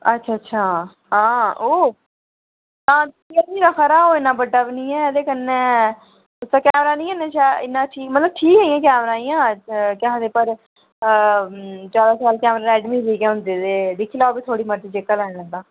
अच्छा अच्छा हां ओह् इन्ना बड्डा बी नेईं ऐ ते कन्नै कैमरा नेईं इन्ना शैल मतलब ठीक ऐ कैमरा इ'यां केह् आखदे पर हां जैदा शैल कैमरे रेडमी दे गै होंदे ते दिक्खी लैओ फिर अग्गें थुआढ़ी मर्जी जेहका लेना चांह्दे ओ